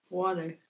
water